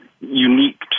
unique